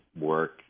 work